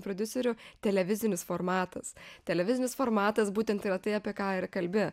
prodiuserių televizinis formatas televizinis formatas būtent yra tai apie ką ir kalbi